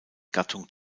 gattung